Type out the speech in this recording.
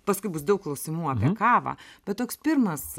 paskui bus daug klausimų apie kavą bet toks pirmas